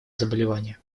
заболевания